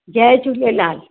Jay Jhulelal